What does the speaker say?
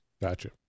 gotcha